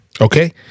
Okay